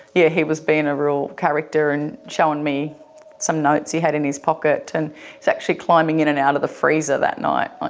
yeah he was being a real character and showing me some notes he had in his pocket and actually climbing in and out of the freezer that night,